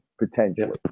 potentially